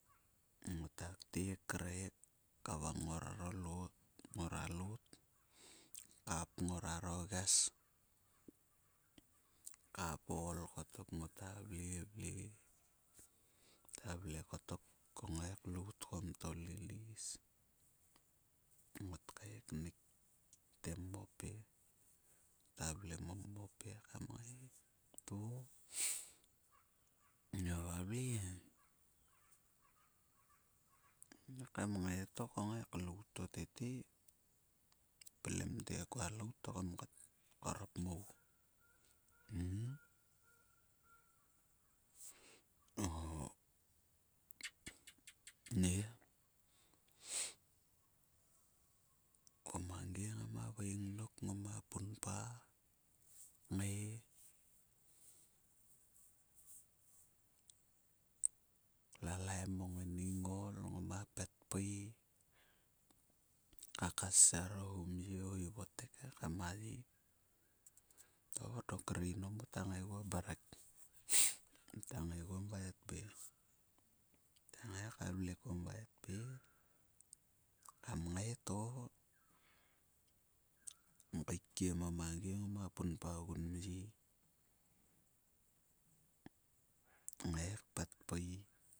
Ngot ktek reik kavang ngoraro look ngora look. Kap nguaro ges, nguaro ol. Ngota vle vle. Ngota vle kottok ku ngai klout kom tolilis. Ngot kaeknik te mope. Ngota vle mom mope kam ingai to gia vavle he kam ngai to ku ngai klout to tete. Pilim te kua lout to kat korrop mou o nangi ngama veing dok ngoma punpa kngai. Lalaim o ngainingol ngoma petpui, kakaser o homye o hivotek ekam a ye to dok kre inou mota ngaiguo mrek. Mota ngai guom vaitbe. Mota ngai ka vle kuom vaitbe kam ngaito kum kaikiem o mangi ngoma punpa ogun mhe ngei kpetpui.